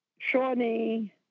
Shawnee